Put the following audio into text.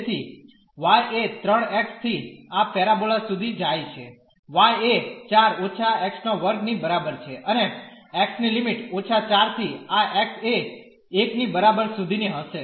તેથી y એ 3x થી આ પેરાબોલા સુધી જાય છે y એ 4 x2 ની બરાબર છે અને x ની લિમિટ −4 થી આ x એ 1 ની બરાબર સુધીની હશે